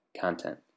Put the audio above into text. content